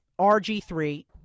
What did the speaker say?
RG3